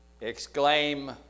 exclaim